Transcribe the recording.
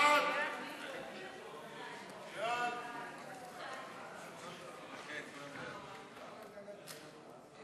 ההצעה להפוך את הצעת חוק מסי